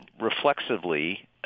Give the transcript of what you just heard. reflexively